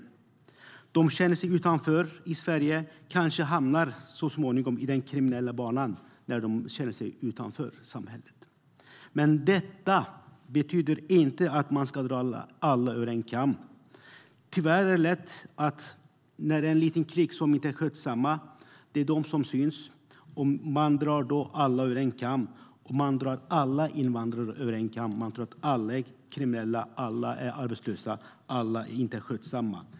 De känner sig utanför i samhället och kanske så småningom hamnar på den kriminella banan. Detta betyder dock inte att man ska dra alla över en kam. Tyvärr är det lätt hänt när en liten klick inte är skötsam. Det är de som syns, och man drar då alla invandrare över en kam och tror att alla är kriminella, arbetslösa och inte sköter sig.